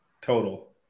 Total